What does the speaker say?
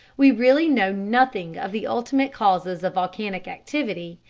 we really know nothing of the ultimate causes of volcanic activity,